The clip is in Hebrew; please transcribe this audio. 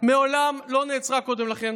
מעולם לא נעצרה קודם לכן